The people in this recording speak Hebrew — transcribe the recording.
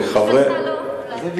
בשבילך לא, אולי.